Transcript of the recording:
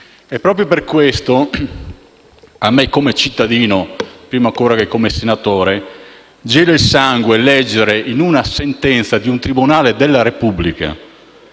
Proprio per questo a me, come cittadino prima ancora che come senatore, gela il sangue leggere nella sentenza di un tribunale della Repubblica